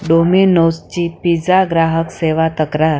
डोमिनोसची pizza ग्राहक सेवा तक्रार